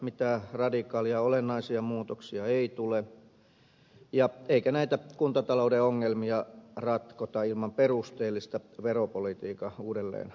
mitään radikaaleja ja olennaisia muutoksia ei tule eikä näitä kuntatalouden ongelmia ratkota ilman perusteellista veropolitiikan uudelleen arviointia